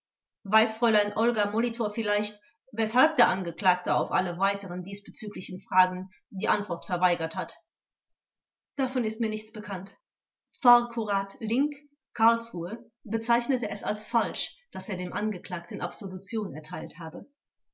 weiß frl olga molitor vielleicht weshalb der angeklagte auf alle weiteren diesbezüglichen fragen die antwort verweigert hat frl olga molitor davon ist mir nichts bekannt pfarrkurat link karlsruhe bezeichnete es als falsch daß er dem angeklagten absolution erteilt habe